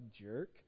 jerk